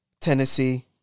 Tennessee